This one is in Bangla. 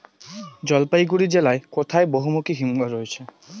জলপাইগুড়ি জেলায় কোথায় বহুমুখী হিমঘর রয়েছে?